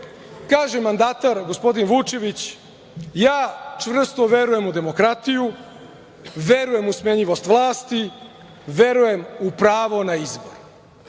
Kaže mandatar, gospodin Vučević – ja čvrsto verujem u demokratiju, verujem u smenjivost vlasti, verujem u pravo na izbor.